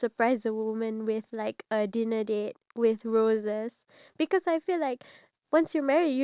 ya we have that's why that's the reason why during weekends or during holidays we try to plan out what